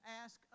ask